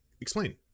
explain